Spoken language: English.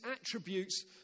attributes